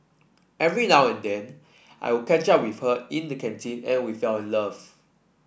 every now and then I would catch up with her in the canteen and we fell in love